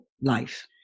life